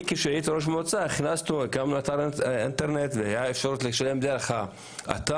כשהייתי ראש מועצה הקמנו אתר אינטרנט והייתה אפשרות לשלם דרך האתר,